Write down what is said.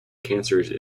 cancers